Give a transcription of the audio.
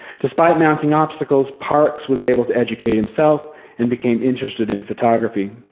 despite mounting obstacles, parks was able to educate himself and became interested in photography.